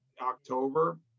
October